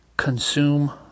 consume